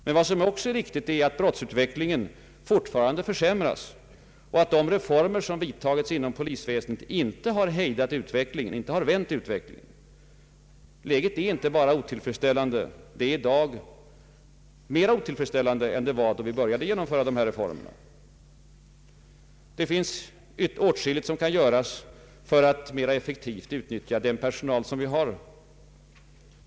Men vad som också är riktigt, det är att brottsutvecklingen fortfarande försämras och att de reformer som vidtagits inom polisväsendet inte har vänt utvecklingen. Läget är inte bara otillfredsställande, det är i dag mera otillfredsställande än då vi började genomföra dessa reformer. Det finns åtskilligt som kan göras för att mera effektivt utnyttja den personal som vi har.